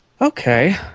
Okay